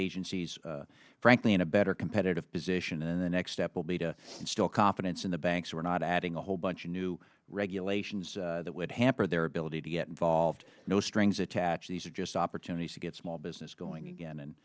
agencies frankly in a better competitive position in the next step will be to instill confidence in the banks we're not adding a whole bunch of new regulations that would hamper their ability to get involved no strings attached these are just opportunities to get small business going again and